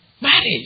marriage